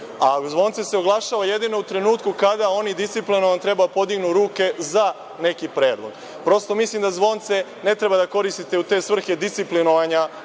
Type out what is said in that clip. a zvonce se oglašava jedino u trenutku kada oni disciplinovano treba da podignu ruke za neki predlog. Prosto mislim da zvonce ne treba da koristite u te svrhe disciplinovanja